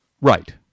Right